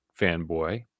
fanboy